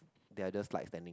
they are just like standing